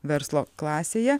verslo klasėje